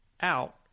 out